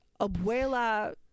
Abuela